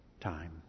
time